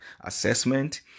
assessment